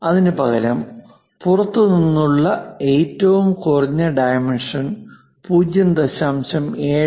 അതിനുപകരം പുറത്തുനിന്നുള്ള ഏറ്റവും കുറഞ്ഞ ഡൈമെൻഷൻ 0